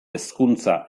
hezkuntza